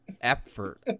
effort